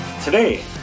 Today